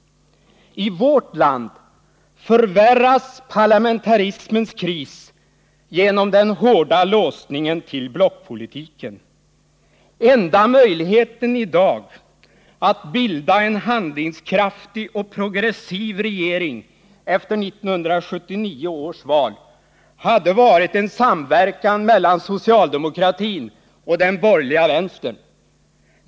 I vårt land förvärras parlamentarismens kris genom den hårda låsningen till blockpolitiken. Den enda möjligheten i dag att bilda en handlingskraftig och progressiv regering efter 1979 års val hade varit en samverkan mellan socialdemokratin och den borgerliga vänstern.